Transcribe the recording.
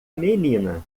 menina